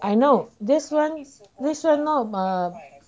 I know this one this one not err